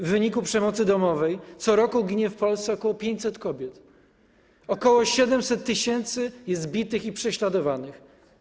W wyniku przemocy domowej co roku ginie w Polsce ok. 500 kobiet, ok. 700 tys. jest bitych i prześladowanych.